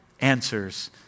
answers